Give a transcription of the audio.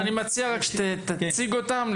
אני מציע שרק תציג אותן.